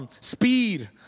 Speed